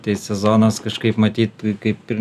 tai sezonas kažkaip matyt kaip ir